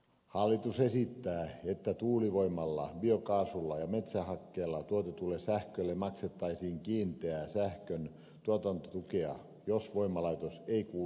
hallitus esittää että tuulivoimalla biokaasulla ja metsähakkeella tuotetulle sähkölle maksettaisiin kiinteää sähkön tuotantotukea jos voimalaitos ei kuulu syöttötariffijärjestelmään